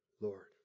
Lord